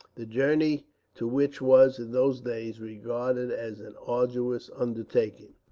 the journey to which was, in those days, regarded as an arduous undertaking.